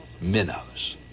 Minnows